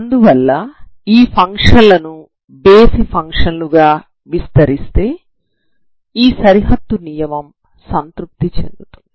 అందువల్ల ఈ ఫంక్షన్లను బేసి ఫంక్షన్ లు గా విస్తరిస్తే ఈ సరిహద్దు నియమం సంతృప్తి చెందుతుంది